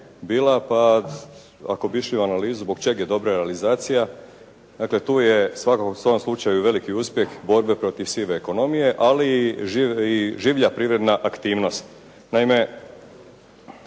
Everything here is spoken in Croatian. pa ako bi išli u analizu zbog čega je dobra realizacija, dakle tu je u svakom slučaju veliki uspjeh borbe protiv sive ekonomije ali i življa privredna aktivnost.